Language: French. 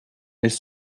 elles